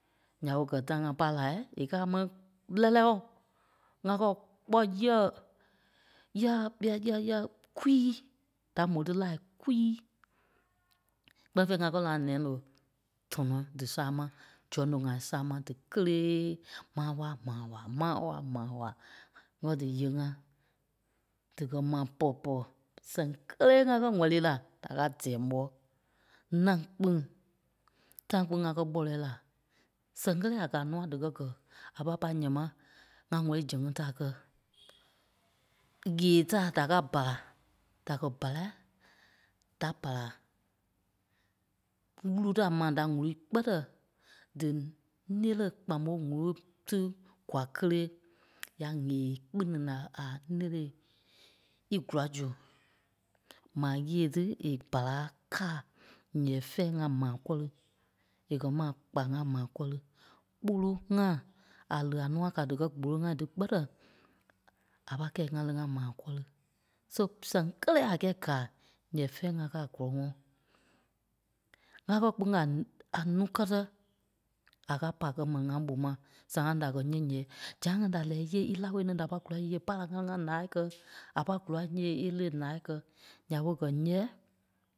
Nya ɓe gɛ time ŋa pai la è kaa máŋ lɛ́lɛ ooo. Ŋa kɛ́ kpɔ́ yɛ̂, yɛ̂, yɛ̂, yɛ̂, yɛ̂ kwii da mò dí la kwii kpɛ́ni fêi ŋa kɛ́ la a nɛloŋ tɔnɔ dí sama. Zurɔŋ loŋ ŋai sama díkelee Ma Hawa, Ma Hawa, Ma Hawa, Ma Hawa ŋgɛ diyee ŋa díkɛ maa pɔlɔ-pɔlɔ sɛ́ŋ kélee ŋa kɛ́ wɛli la da káa dɛ́ɛ mɓɔ. Ǹâŋ kpîŋ time kpîŋ ŋa kɛ́ kpɔlɔi la sɛŋ kelee a kaa nûa díkɛ gɛ a pai pâi nyɛɛ mai, ŋa wɛli í zɛŋ ŋí da kɛ. Yée ta da káa bala da kɛ́ bàlai da bala wúru da mai da wùru kpɛtɛ dí nerêi kpamo wuru tí kwaa kélee. Ya yèe kpini la a nerêi í gula zu mai yée tí e bala káa nyɛɛ fɛɛ ŋa maa kɔri. É kɛ́ mai a kpa ŋa maa kɔri. Kpúlu-ŋai a li a nûa kaa díkɛ kpòlo-ŋai tí kpɛtɛ a pâi kɛi ŋa li ŋá maa kɔri. So sɛŋ kélee a kɛ́i káa nyɛɛ fɛɛ ŋa kɛ́ a kɔlɔŋɔɔ. Ŋa kɛ́ kpîŋ a- a nuu kɛ́tɛ a káa pai gɛ mɛni ŋai ɓó mai sãa da kɛ́ yeei nyɛɛ zaâi ŋai da lɛɛ íyee íláo ní da pâi kula íyee pa la ŋa li ŋa laa kɛ. A pâi kùla yeêi é li e laa kɛ́. Nya ɓe gɛ ǹyɛɛ